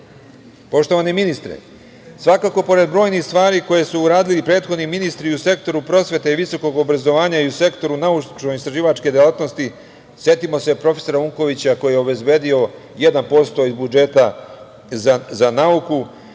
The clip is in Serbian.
viziju. Poštovani ministre, svakako pored brojnih stvari koje su uradili prethodni ministri u sektoru prosvete visokog obrazovanja i u sektoru naučno-istraživačke delatnosti, setimo se profesora Unkovića koji je obezbedio 1% iz budžeta za nauku,